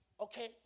Okay